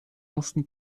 mussten